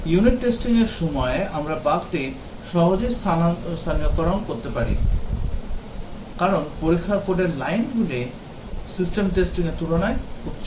Unit testing র সময় আমরা বাগটি সহজেই স্থানীয়করণ করতে পারি কারণ পরীক্ষার কোডের লাইনগুলি system testing র তুলনায় খুব ছোট